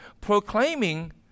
proclaiming